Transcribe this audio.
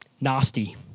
Nasty